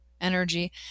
energy